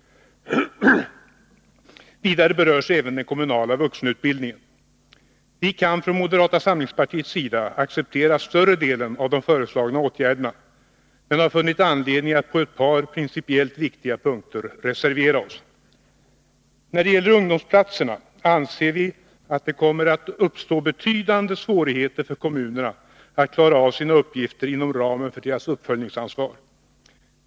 Vidare berörs även den kommunala vuxenutbildningen. Vi kan från moderata samlingspartiets sida acceptera större delen av de föreslagna åtgärderna men har funnit anledning att på ett par principiellt viktiga punkter reservera oss. När det gäller ungdomsplatserna anser vi att det kommer att uppstå betydande svårigheter för kommunerna att klara av sina uppgifter inom ramen för deras uppföljningsansvar.